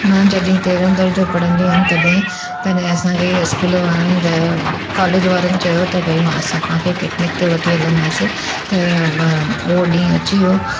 मां जॾहिं तेरहों दर्ज़ो पढ़ंदी हुयमि तॾहिं तॾहिं असांखे स्कूल वारनि कॉलेज वारनि चयो त भाई मां असां तव्हांखे पिकनीक ते वठी हलंदासीं त व उहो ॾींहुं अची वियो